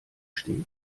steht